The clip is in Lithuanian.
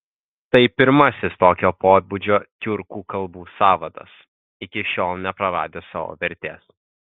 tai pirmasis tokio pobūdžio tiurkų kalbų sąvadas iki šiol nepraradęs savo vertės